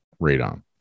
radon